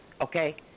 okay